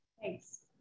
thanks